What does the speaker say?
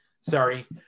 sorry